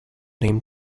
name